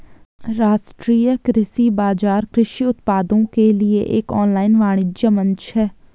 राष्ट्रीय कृषि बाजार कृषि उत्पादों के लिए एक ऑनलाइन वाणिज्य मंच है